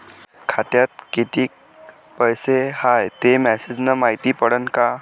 खात्यात किती पैसा हाय ते मेसेज न मायती पडन का?